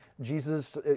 Jesus